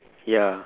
ya